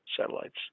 satellites